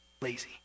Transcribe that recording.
lazy